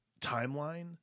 timeline